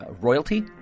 royalty